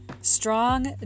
strong